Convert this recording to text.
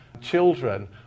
children